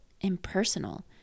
impersonal